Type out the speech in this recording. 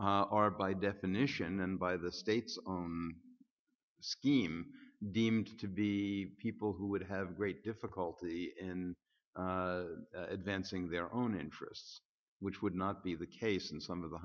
are by definition and by the state's scheme deemed to be people who would have great difficulty in advancing their own interests which would not be the case in some of the